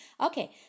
Okay